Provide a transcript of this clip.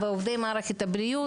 ועובדי מערכת הבריאות,